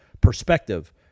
perspective